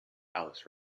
alice